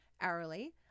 hourly